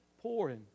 pouring